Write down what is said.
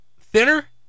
thinner